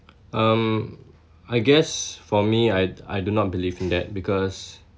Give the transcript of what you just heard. um I guess for me I I do not believe in that because